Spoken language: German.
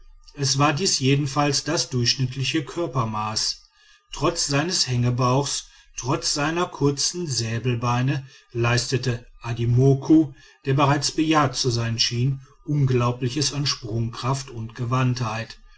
es war dies jedenfalls das durchschnittliche körpermaß trotz seines hängebauches trotz seiner kurzen säbelbeine leistete adimoku der bereits bejahrt zu sein schien unglaubliches an sprungkraft und gewandtheit